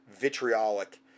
vitriolic